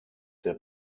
der